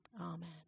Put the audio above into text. Amen